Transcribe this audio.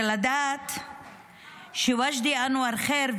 ולדעת שווג'די אנואר כיר,